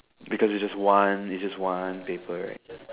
because it's just one it's just one paper right